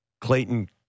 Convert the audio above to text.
Clayton